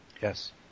Yes